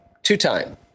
two-time